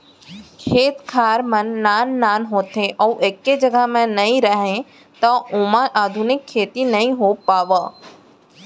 खेत खार मन नान नान होथे अउ एके जघा म नइ राहय त ओमा आधुनिक खेती नइ हो पावय